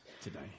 today